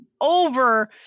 over